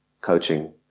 coaching